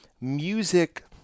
music